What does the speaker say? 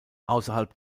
außerhalb